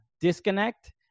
disconnect